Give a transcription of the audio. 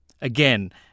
Again